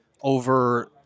over